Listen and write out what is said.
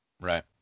right